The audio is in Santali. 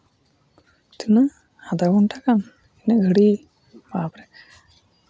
ᱛᱤᱱᱟᱹᱜ ᱟᱫᱷᱟ ᱜᱷᱚᱱᱴᱟ ᱜᱟᱱ ᱩᱱ ᱜᱷᱟᱹᱲᱤᱡ ᱵᱟᱯᱨᱮ